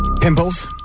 Pimples